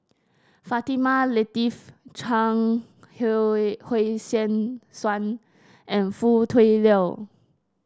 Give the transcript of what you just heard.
Fatimah Lateef Chuang Hui Tsuan and Foo Tui Liew